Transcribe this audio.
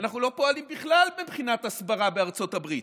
אנחנו לא פועלים בכלל מבחינת הסברה בארצות הברית.